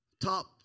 top